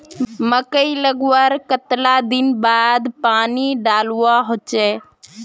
मकई लगवार कतला दिन बाद पानी डालुवा होचे?